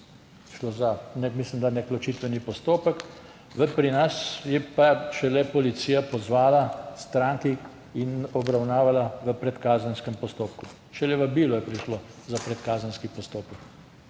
je za, mislim, da za nek ločitveni postopek, pri nas je pa šele policija pozvala stranki in obravnavala v predkazenskem postopku. Šele vabilo je prišlo za predkazenski postopek.